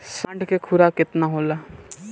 साढ़ के खुराक केतना होला?